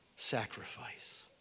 sacrifice